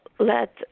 Let